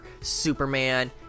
Superman